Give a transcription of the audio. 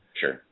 sure